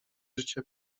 życie